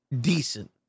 decent